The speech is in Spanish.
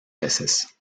veces